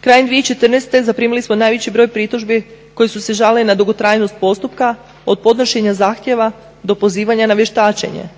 Krajem 2014. zaprimili smo najveći broj pritužbi koji su se žalili na dugotrajnost postupka, od podnošenja zahtjeva do pozivanja na vještačenje,